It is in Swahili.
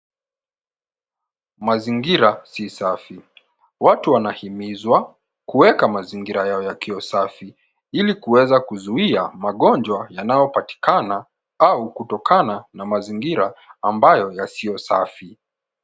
Mazingira si safi, watu wanahimizwa kuweka mazingira yao yakiwa safi ili kuweza kuzuia magonjwa yanayo patikana au kutokana na mazingira ambayo yasiyo safi,